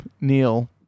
Neil